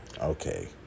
okay